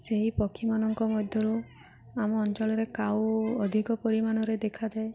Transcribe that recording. ସେହି ପକ୍ଷୀମାନଙ୍କ ମଧ୍ୟରୁ ଆମ ଅଞ୍ଚଳରେ କାଉ ଅଧିକ ପରିମାଣରେ ଦେଖାଯାଏ